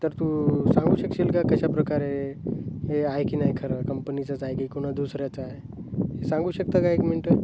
तर तू सांगू शकशील का कशा प्रकारे हे आहे की नाही खरं कंपनीचंच आहे की कुणा दुसऱ्याचं आहे हे सांगू शकता का एक मिनटं